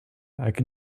could